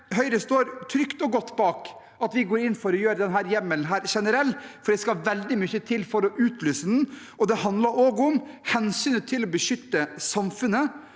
Høyre står trygt og godt bak det at vi går inn for å gjøre denne hjemmelen generell, for det skal veldig mye til for å utløse den. Det handler også om hensynet til å beskytte samfunnet